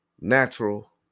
natural